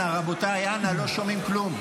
רבותיי, אנא, לא שומעים כלום.